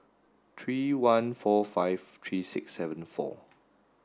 three one four five three six seven four